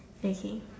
K K